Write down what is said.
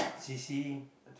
C C